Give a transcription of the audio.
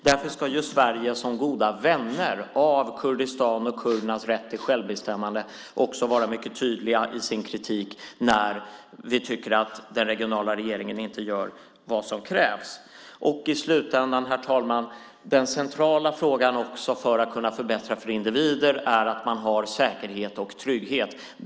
Därför ska just vi i Sverige som goda vänner till Kurdistan och kurdernas rätt till självbestämmande vara mycket tydliga i vår kritik när vi tycker att den regionala regeringen inte gör vad som krävs. I slutändan, herr talman, är den centrala frågan för att kunna förbättra för individer att man har säkerhet och trygghet.